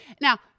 Now